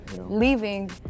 leaving